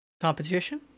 competition